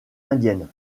indiennes